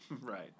Right